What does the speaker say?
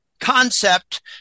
concept